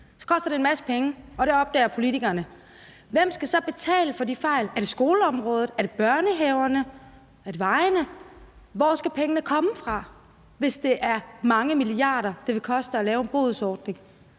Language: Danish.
koster det en masse penge, og det opdager politikerne. Hvem skal så betale for de fejl? Er det skoleområdet, er det børnehaverne, er det vejene? Hvor skal pengene komme fra, hvis det er mange milliarder kroner, det vil koste at lave en bodsordning?